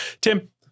Tim